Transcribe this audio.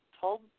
told